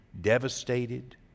Devastated